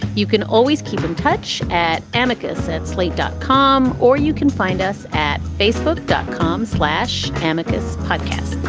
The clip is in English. you can always keep in touch at amica, said slate dot com. or you can find us at facebook dot com slash amicus podcast.